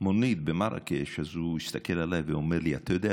מונית במרקש הוא הסתכל עליי ואמר לי: אתה יודע,